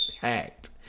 Hacked